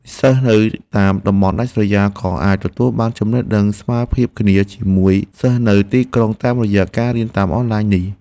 សិស្សនៅតាមតំបន់ដាច់ស្រយាលក៏អាចទទួលបានចំណេះដឹងស្មើភាពគ្នាជាមួយសិស្សនៅទីក្រុងតាមរយៈការរៀនតាមអនឡាញនេះ។